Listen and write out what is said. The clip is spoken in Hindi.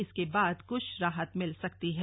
इसके बाद कुछ राहत मिल सकती है